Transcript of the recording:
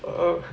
oh